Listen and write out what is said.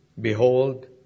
Behold